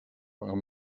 amb